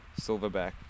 Silverback